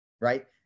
right